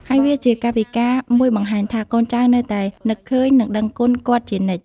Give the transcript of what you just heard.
ហើយវាជាកាយវិការមួយបង្ហាញថា កូនចៅនៅតែនឹកឃើញ និងដឹងគុណគាត់ជានិច្ច។